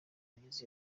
bageze